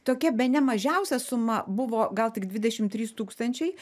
tokia bene mažiausia suma buvo gal tik dvidešim trys tūkstančiai